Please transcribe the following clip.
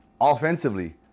Offensively